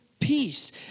peace